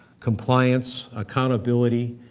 compliance, accountability,